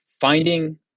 finding